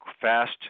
fast